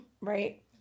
right